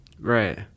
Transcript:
Right